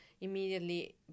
immediately